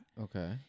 Okay